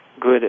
good